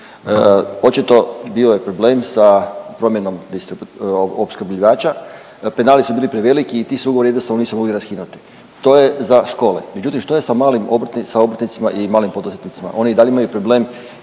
Očito bio je problem sa promjenom opskrbljivača, penali su bili preveliki i ti se ugovori jednostavno nisu mogli raskinuti, to je za škole, međutim što je sa malim obrtnic…, sa obrtnicima i malim poduzetnicima? Oni i dalje imaju problem